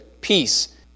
peace